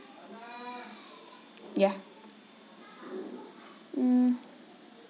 yeah mm